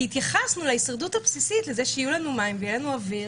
כי התייחסנו להישרדות הבסיסית לזה שיהיו לנו מים ויהיה לנו אוויר